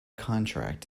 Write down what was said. contract